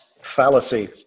fallacy